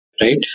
Right